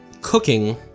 cooking